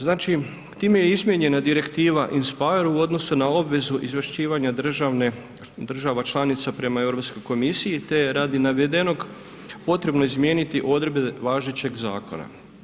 Znači time je izmijenjena direktiva inspire u odnosu na obvezu izvješćivanja država članica prema Europskoj komisiji te radi navedenog, potrebno je izmijeniti odredbe važećeg zakona.